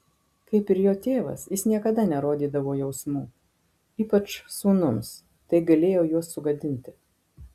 kaip ir jo tėvas jis niekada nerodydavo jausmų ypač sūnums tai galėjo juos sugadinti